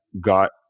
got